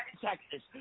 Texas